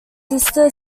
sister